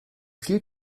viel